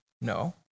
No